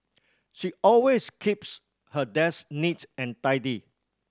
she always keeps her desk neat's and tidy